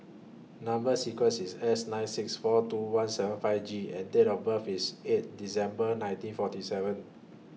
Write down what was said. Number sequence IS S nine six four two one seven five G and Date of birth IS eight December nineteen forty seven